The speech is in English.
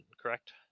correct